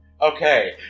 Okay